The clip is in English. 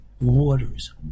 waters